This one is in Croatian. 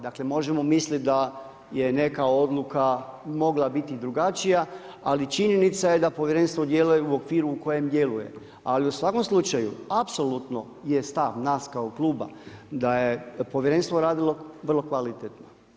Dakle, možemo misliti da je neka odluka mogla biti drugačija ali činjenica je da povjerenstvo djeluje u okviru u kojem djeluje, ali u svakom slučaju apsolutno je stav nas kao kluba da je povjerenstvo radilo vrlo kvalitetno.